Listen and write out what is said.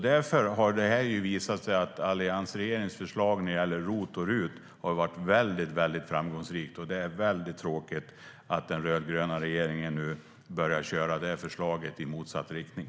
Därför har det visat sig att alliansregeringens förslag om ROT och RUT har varit väldigt framgångsrikt, och det är tråkigt att den rödgröna regeringen nu börjar köra det här förslaget i motsatt riktning.